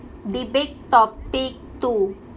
debate topic two